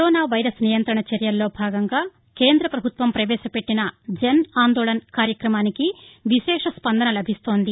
corona virus నియంత్రణ చర్యల్లో భాగంగా కేంద్రపభుత్వం పవేశపెట్టిన జన్ ఆందోళన్ కార్యక్రమానికి విశేష స్పందన లభిస్తోంది